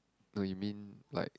no you mean like